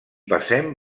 passem